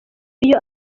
iyo